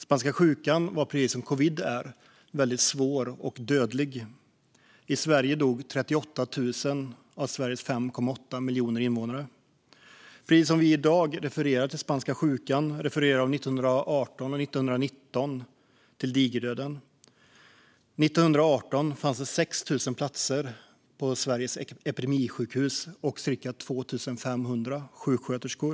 Spanska sjukan var, precis som covid-19 är, väldigt svår och dödlig. I Sverige dog 38 000 av landets 5,8 miljoner invånare. Precis som vi i dag refererar till spanska sjukan refererade man 1918 och 1919 till digerdöden. År 1918 fanns det 6 000 platser på Sveriges epidemisjukhus och cirka 2 500 sjuksköterskor.